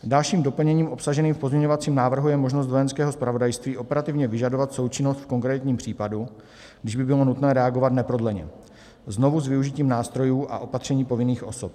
Dalším doplněním obsaženým v pozměňovacím návrhu je možnost Vojenského zpravodajství operativně vyžadovat součinnost v konkrétním případu, když by bylo nutné reagovat neprodleně, znovu s využitím nástrojů a opatření povinných osob.